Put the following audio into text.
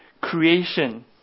creation